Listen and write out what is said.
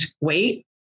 wait